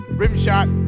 rimshot